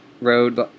road